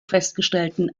festgestellten